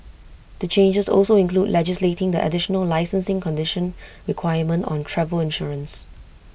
the changes also include legislating the additional licensing condition requirement on travel insurance